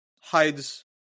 hides